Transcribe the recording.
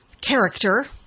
character